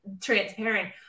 transparent